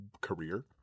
career